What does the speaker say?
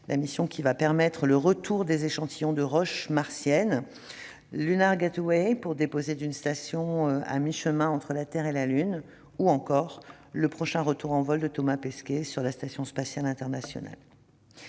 la mission qui permettra le retour des échantillons de roches martiennes, le, pour disposer d'une station à mi-chemin entre la Terre et la Lune, ou encore le prochain retour en vol de Thomas Pesquet sur la station spatiale internationale.